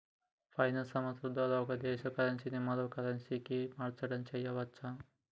finance సంస్థల ద్వారా ఒక దేశ కరెన్సీ మరో కరెన్సీకి మార్చడం చెయ్యచ్చు